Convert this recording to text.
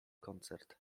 koncert